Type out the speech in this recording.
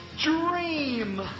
Dream